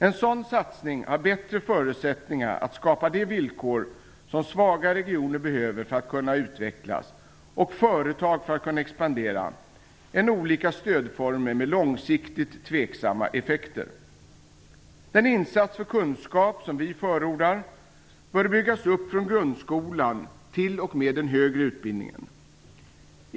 En sådan satsning har bättre förutsättningar att skapa de villkor som svaga regioner behöver för att kunna utvecklas, och företag för att kunna expandera, än olika stödformer med långsiktigt tveksamma effekter. Den insats för kunskap som vi förordar bör byggas upp från grundskolan t.o.m. den högre utbildningen.